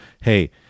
hey